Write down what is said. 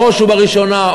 בראש ובראשונה.